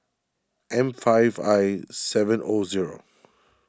M five I seven O zero